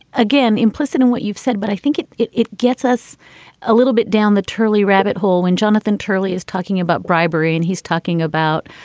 again, implicit in what you've said, but i think it it gets us a little bit down the turley rabbit hole when jonathan turley is talking about bribery and he's talking about,